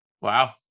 Wow